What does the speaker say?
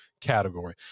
category